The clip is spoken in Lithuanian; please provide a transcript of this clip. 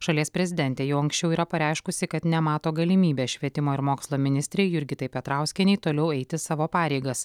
šalies prezidentė jau anksčiau yra pareiškusi kad nemato galimybės švietimo ir mokslo ministrei jurgitai petrauskienei toliau eiti savo pareigas